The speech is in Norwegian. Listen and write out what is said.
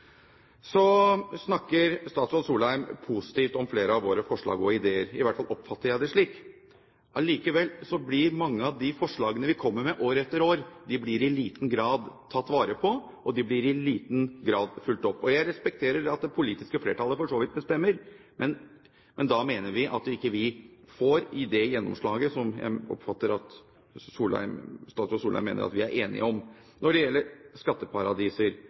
Så snakker statsråd Solheim positivt om flere av våre forslag og ideer, i hvert fall oppfatter jeg det slik. Allikevel blir mange av de forslagene vi kommer med år etter år, i liten grad tatt vare på og i liten grad fulgt opp. Jeg respekterer for så vidt at det politiske flertallet bestemmer, men vi mener at vi ikke får gjennomslag for det jeg oppfatter at statsråd Solheim mener vi er enige om. Når det gjelder skatteparadiser: